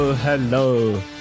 Hello